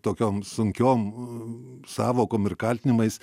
tokiom sunkiom sąvokom ir kaltinimais